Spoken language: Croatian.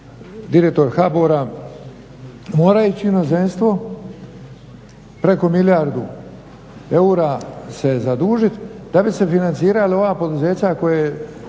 direktor HBOR-a moraju ići u inozemstvo, preko milijardu eura se zadužiti da bi se financiralo ova poduzeća koja su